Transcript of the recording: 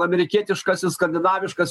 amerikietiškasis skandinaviškas